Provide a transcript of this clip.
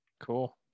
Cool